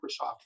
Microsoft